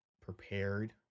prepared